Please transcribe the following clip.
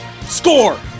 Score